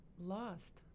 lost